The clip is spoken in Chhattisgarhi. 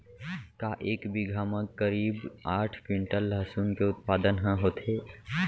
का एक बीघा म करीब आठ क्विंटल लहसुन के उत्पादन ह होथे?